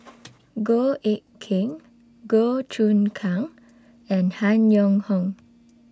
Goh Eck Kheng Goh Choon Kang and Han Yong Hong